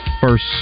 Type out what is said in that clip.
first